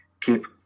keep